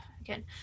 again